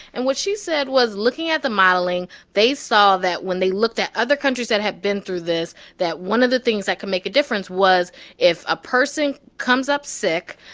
and what she said was, looking at the modeling, they saw that when they looked at other countries that have been through this, that one of the things that could make a difference was if a person comes up sick,